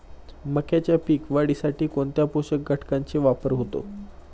मक्याच्या पीक वाढीसाठी कोणत्या पोषक घटकांचे वापर होतो?